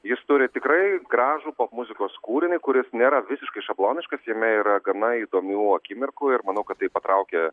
jis turi tikrai gražų pop muzikos kūrinį kuris nėra visiškai šabloniškas jame yra gana įdomių akimirkų ir manau kad tai patraukia